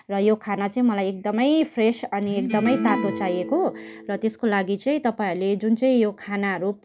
र यो खाना चाहिँ मलाई एकदमै फ्रेस अनि एकदमै तातो चाहिएको र त्यसको लागि चाहिँ तपाईँहरूले जुन चाहिँ यो खानाहरू